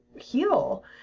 heal